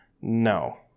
No